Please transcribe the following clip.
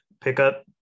pickup